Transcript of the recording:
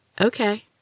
Okay